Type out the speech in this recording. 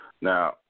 Now